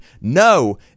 no